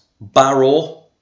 barrow